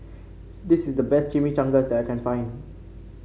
this is the best Chimichangas I can find